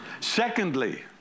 Secondly